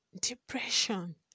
depression